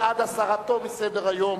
בעד הסרתו מסדר-היום.